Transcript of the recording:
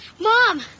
Mom